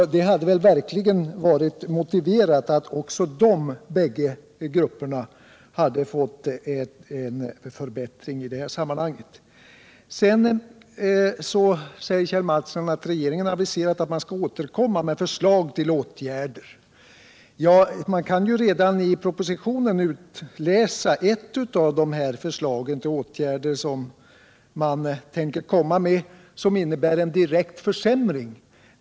Det hade verkligen varit motiverat att också dessa två grupper hade fått en förbättring i det här sammanhanget. Kjell Mattsson säger att regeringen har aviserat att den skall återkomma med förslag till åtgärder. Men redan i propositionen kan man utläsa ett av dessa förslag till åtgärder, och det innebär en direkt försämring.